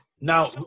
now